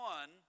One